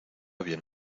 bien